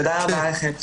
תודה רבה, הישיבה נעולה.